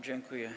Dziękuję.